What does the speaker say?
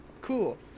cool